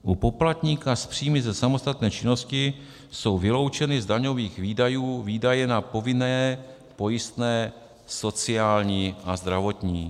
U poplatníka s příjmy ze samostatné činnosti jsou vyloučeny z daňových výdajů výdaje na povinné pojistné sociální a zdravotní.